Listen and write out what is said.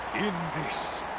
in this. i.